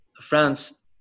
France